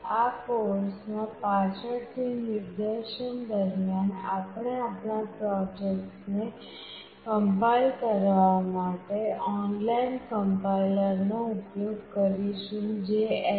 આ કોર્સમાં પાછળથી નિદર્શન દરમિયાન આપણે આપણા પ્રોજેક્ટ્સને કમ્પાઇલ કરવા માટે ઓનલાઇન કમ્પાઈલરનો ઉપયોગ કરીશું જે httpdeveloper